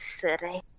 city